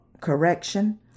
correction